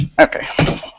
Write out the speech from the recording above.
Okay